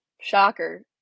shocker